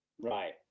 Right